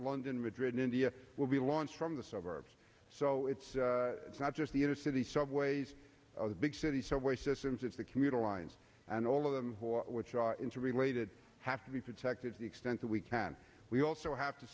london madrid in india will be launched from the suburbs so it's not just the inner city subways of the big city subway systems it's the commuter lines and all of them which are interrelated have to be protected to the extent that we can we also have to